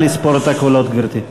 נא לספור את הקולות, גברתי.